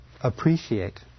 appreciate